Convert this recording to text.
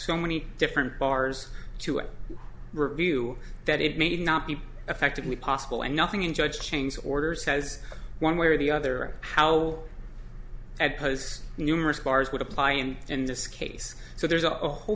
so many different bars to a review that it may not be effectively possible and nothing in judge change orders has one way or the other how at posts numerous bars would apply and in this case so there's a whole